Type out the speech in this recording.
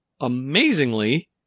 amazingly